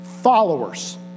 Followers